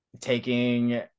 taking